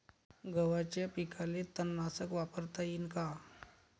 गव्हाच्या पिकाले तननाशक वापरता येईन का?